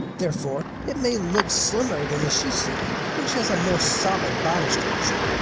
therefore, it may look slimmer than a shih tzu, which has a more solid body structure.